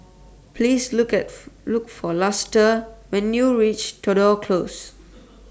Please Look Look For Luster when YOU REACH Tudor Close